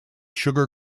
sugar